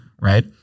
right